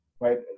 right